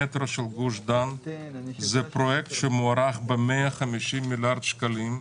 המטרו של גוש דן הוא פרויקט שמוערך ב-150 מיליארד שקלים,